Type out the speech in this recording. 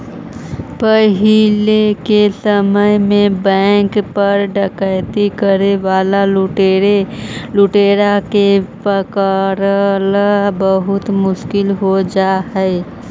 पहिले के समय में बैंक पर डकैती करे वाला लुटेरा के पकड़ला बहुत मुश्किल हो जा हलइ